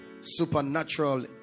supernatural